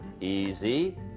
easy